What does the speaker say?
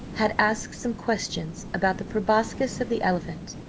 had asked some questions about the proboscis of the elephant,